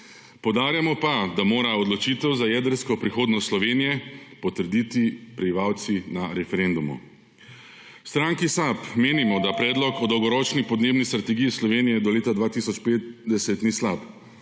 Poudarjamo pa, da mora odločitev za jedrsko prihodnost Slovenije potrditi prebivalci na referendumu. V stranki SAB menimo, da predlog o dolgoročni podnebni strategiji Slovenije do leta 2050 ni slab.